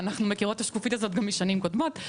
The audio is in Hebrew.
ואנחנו מכירות את השקופית הזו גם משנים קודמות,